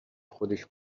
خودش